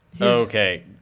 Okay